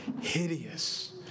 hideous